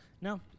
No